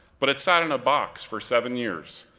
but it sat in a box for seven years,